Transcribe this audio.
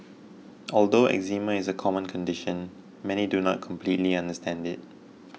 although eczema is a common condition many do not completely understand it